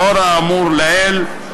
לאור האמור לעיל,